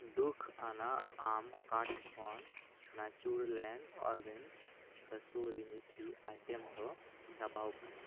ᱫᱩᱠᱷ ᱟᱱᱟᱜ ᱟᱢ ᱠᱟᱴ ᱠᱷᱚᱱ Natureland Organics kasuri methi item ᱫᱚ ᱪᱟᱵᱟᱣᱟᱠᱟᱱᱟ